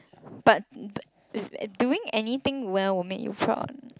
but but doing anything well will make you proud